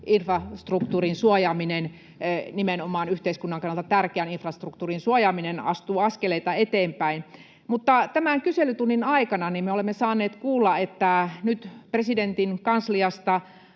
infrastruktuurin suojaaminen, nimenomaan yhteiskunnan kannalta tärkeän infrastruktuurin suojaaminen, astuu askeleita eteenpäin. Mutta tämän kyselytunnin aikana me olemme saaneet kuulla, että nyt presidentin kansliasta